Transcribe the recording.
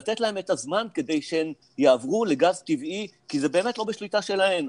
לתת להן את הזמן כדי שהן יעברו לגז טבעי כי זה באמת לא בשליטה שלהן.